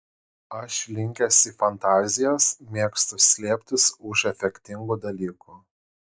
aš linkęs į fantazijas mėgstu slėptis už efektingų dalykų